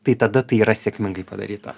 tai tada tai yra sėkmingai padaryta